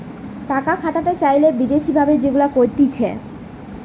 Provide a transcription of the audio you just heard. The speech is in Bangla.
টাকা খাটাতে চাইলে বিদেশি ভাবে যেগুলা করতিছে